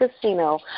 Casino